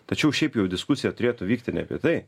tačiau šiaip jau diskusija turėtų vykti ne apie tai